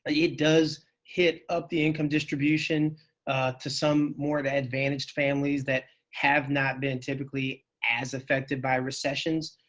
ah yeah it does hit up the income distribution to some more of advantaged families that have not been typically as affected by recessions.